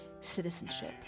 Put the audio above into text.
citizenship